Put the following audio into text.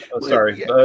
sorry